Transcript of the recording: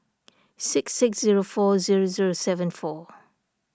six six zero four zero zero seven four